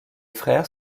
frères